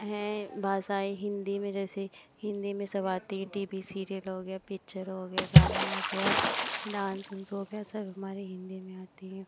हैं भाषाएँ हिन्दी में जैसे हिन्दी में सब आती हैं टी वी सीरियल हो गया पिक्चर हो गई गाना हो गया डान्स उन्स हो गया सब हमारे हिन्दी में आती हैं